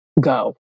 go